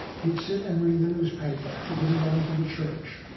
he'd sit and read the newspaper. he wouldn't go into the church.